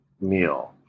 meal